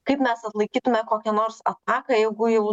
kaip mes atlaikytume kokią nors ataką jeigu jau